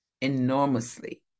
enormously